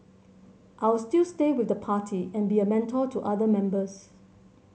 I'll still stay with the party and be a mentor to other members